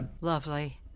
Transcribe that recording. lovely